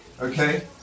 Okay